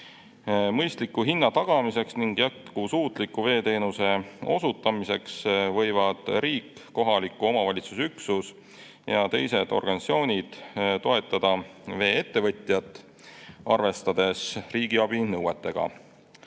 Mõistliku hinna tagamiseks ning jätkusuutliku veeteenuse osutamiseks võivad riik, kohaliku omavalitsuse üksus ja teised organisatsioonid toetada vee-ettevõtjat, arvestades riigiabi nõuetega.